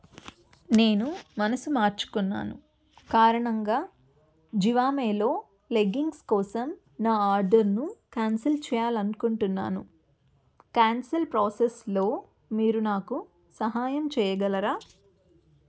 నేను మనసు మార్చుకున్నాను కారణంగా జివామేలో లెగ్గింగ్స్ కోసం నా ఆర్డర్ను క్యాన్సల్ చేయాలనుకుంటున్నాను క్యాన్సల్ ప్రాసెస్లో మీరు నాకు సహాయం చేయగలరా